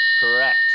Correct